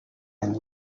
any